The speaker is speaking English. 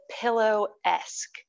pillow-esque